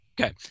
Okay